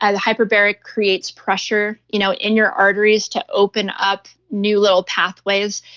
ah the hyperbaric creates pressure you know in your arteries to open up new little pathways.